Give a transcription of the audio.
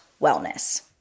wellness